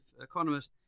Economist